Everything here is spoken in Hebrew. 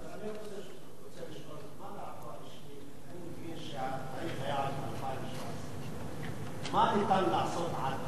אני מבקש לשאול: תאריך היעד הוא 2017. מה ניתן לעשות עד אז?